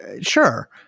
Sure